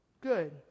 Good